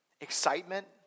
excitement